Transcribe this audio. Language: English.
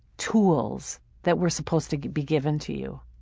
tools that were supposed to be given to you.